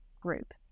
group